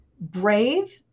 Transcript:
brave